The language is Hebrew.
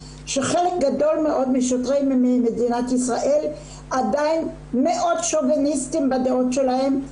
שחלק גדול מאוד משוטרי מדינת ישראל עדיין מאוד שוביניסטים בדעות שלהם.